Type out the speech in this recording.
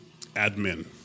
admin